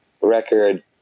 record